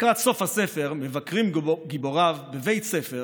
לקראת סוף הספר מבקרים גיבוריו בבית ספר